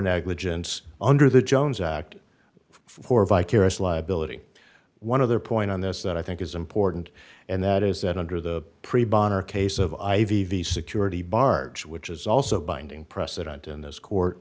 negligence under the jones act for vicarious liability one of their point on this that i think is important and that is that under the pre born or case of i v v security barge which is also binding precedent in this court